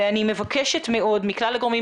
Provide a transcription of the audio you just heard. אני מבקשת מאוד מכלל הגורמים,